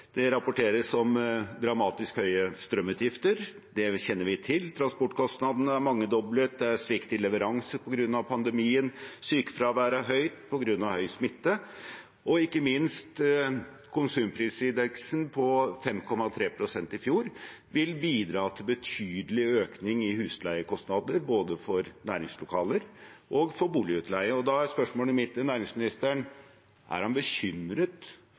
Det rapporteres om dramatisk høye strømutgifter. Det kjenner vi til. Transportkostnadene er mangedoblet, det er svikt i leveranser på grunn av pandemien, sykefraværet er høyt på grunn av høy smitte, og ikke minst vil konsumprisindeksen, på 5,3 pst. i fjor, bidra til betydelig økning i husleiekostnader både for næringslokaler og for boligutleie. Da er spørsmålet mitt til næringsministeren: Er han bekymret